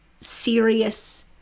serious